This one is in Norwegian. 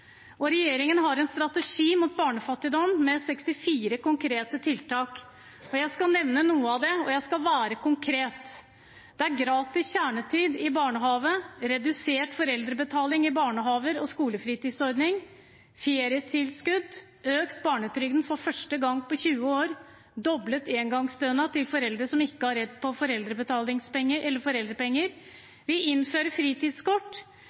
og systematisk arbeid. Regjeringen har en strategi mot barnefattigdom med 64 konkrete tiltak. Jeg skal nevne noe av det, og jeg skal være konkret: gratis kjernetid i barnehage, redusert foreldrebetaling i barnehager og skolefritidsordning, ferietilskudd, økt barnetrygd for første gang på 20 år og doblet engangsstønad til foreldre som ikke har rett på foreldrepenger. Vi innfører fritidskort,